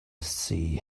see